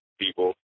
people